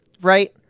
right